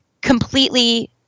completely